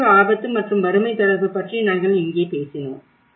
பேரழிவு ஆபத்து மற்றும் வறுமை தொடர்பு பற்றி நாங்கள் இங்கே பேசினோம்